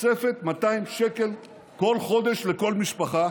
תוספת 200 שקל בכל חודש לכל משפחה,